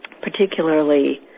particularly